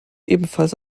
ebenfalls